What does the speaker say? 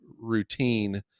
routine